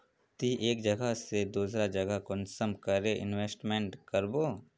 ती एक जगह से दूसरा जगह कुंसम करे इन्वेस्टमेंट करबो?